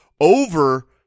over